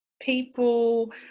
people